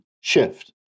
shift